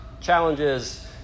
challenges